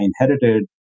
inherited